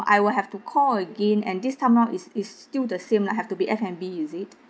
I will have to call again and this time round is is still the same lah have to be F&B is it